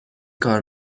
کار